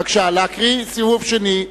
בבקשה להקריא בסיבוב שני.